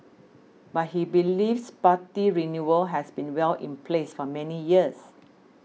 but he believes party renewal has been well in place for many years